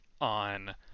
on